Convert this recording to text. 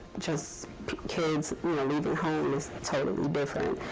just kids leaving home, it's totally different.